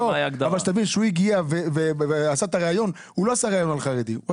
כשהוא עשה את הראיון, הוא לא עשה כחרדי.